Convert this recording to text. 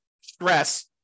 stress